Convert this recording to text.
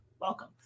welcome